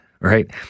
right